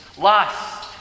Lust